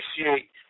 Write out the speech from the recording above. appreciate